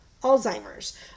alzheimer's